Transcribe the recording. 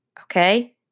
okay